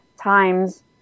times